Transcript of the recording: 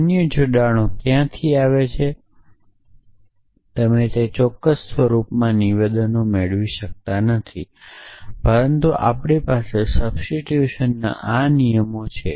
અન્ય જોડાણો ક્યાંથી આવે છે તમે તે ચોક્કસ સ્વરૂપમાં નિવેદનો મેળવી શકતા નથી પરંતુ આપણી પાસે સબસ્ટીટ્યુશનના આ નિયમો છે